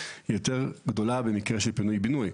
יותר גדולה במקרה של פינוי בינוי,